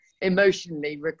emotionally